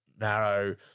narrow